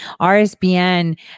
RSBN